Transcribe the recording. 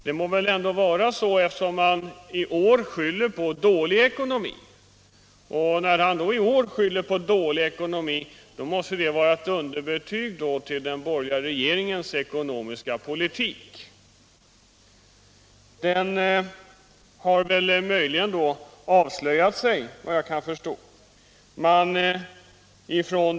Det måste väl ändå vara så, eftersom han i år skyller på dålig ekonomi, och detta i sin tur måste vara ett underbetyg åt den borgerliga regeringens ekonomiska politik. Den har väl då avslöjat sig, vad jag kan förstå.